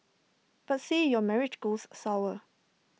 but say your marriage goes sour